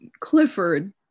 Clifford